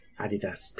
Adidas